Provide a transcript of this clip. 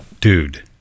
dude